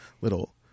little